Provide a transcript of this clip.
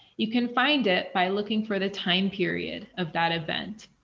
you can find it by looking for the time period of that event.